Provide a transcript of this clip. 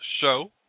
show